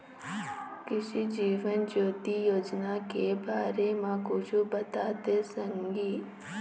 कृसि जीवन ज्योति योजना के बारे म कुछु बताते संगी